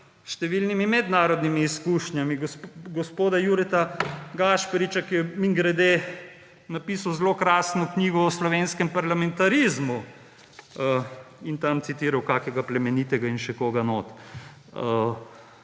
številnimi mednarodnimi izkušnjami, gospoda Jureta Gašperiča, ki je mimogrede napisal zelo krasno knjigo o slovenskem parlamentarizmu in tam citiral kakega Plemenitega in še koga notri.